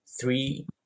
three